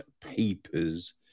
Papers